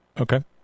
Okay